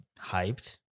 hyped